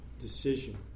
decision